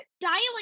dialing